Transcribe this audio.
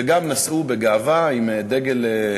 וגם נסעו בגאווה עם סרט